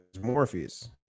Morpheus